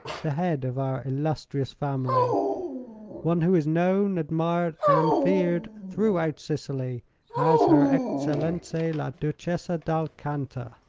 the head of our illustrious family one who is known, admired and feared throughout sicily as her excellenza la duchessa d'alcanta.